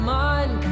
mind